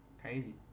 Crazy